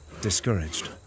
Discouraged